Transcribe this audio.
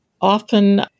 often